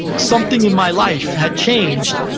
something in my life had changed,